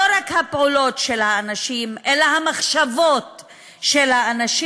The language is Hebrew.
לא רק על הפעולות של האנשים אלא על המחשבות של האנשים.